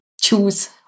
choose